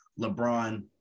LeBron